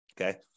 Okay